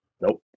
Nope